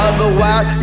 Otherwise